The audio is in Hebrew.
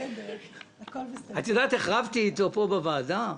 אבל את יודעת איך רבתי אתו פה בוועדה?